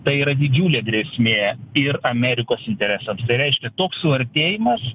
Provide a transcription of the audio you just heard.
tai yra didžiulė grėsmė ir amerikos interesams tai reiškia toks suartėjimas